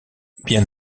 bien